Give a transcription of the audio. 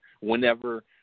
whenever